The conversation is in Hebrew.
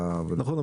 נכון.